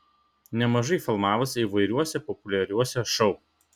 nemažai filmavosi įvairiuose populiariuose šou